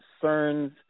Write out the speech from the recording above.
concerns